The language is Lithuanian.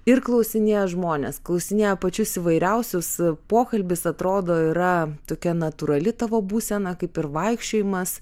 ir klausinėja žmones klausinėja pačius įvairiausius pokalbis atrodo yra tokia natūrali tavo būsena kaip ir vaikščiojimas